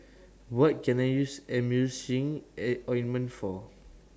What Can I use Emulsying Ointment For